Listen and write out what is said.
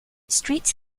streets